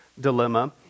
dilemma